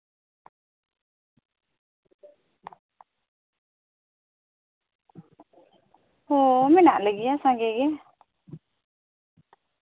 ᱦᱚᱸ ᱢᱮᱱᱟᱜ ᱞᱮᱜᱮᱭᱟ ᱥᱟᱸᱜᱮ ᱜᱮ